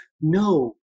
No